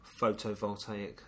Photovoltaic